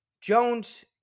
Jones